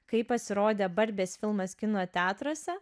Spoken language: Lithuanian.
kai pasirodė barbės filmas kino teatruose